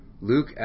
Luke